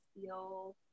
feel